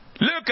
Look